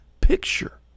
picture